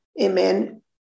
amen